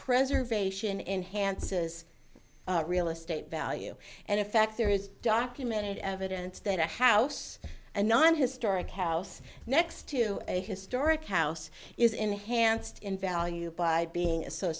preservation enhances real estate value and in fact there is documented evidence that a house and not historic house next to a historic house is enhanced in value by being